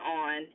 on